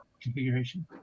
configuration